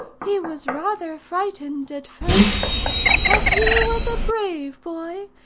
he was rather frightened at first but he was a brave boy,